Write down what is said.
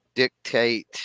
dictate